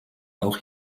auch